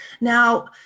Now